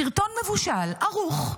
סרטון מבושל, ערוך.